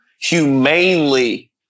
humanely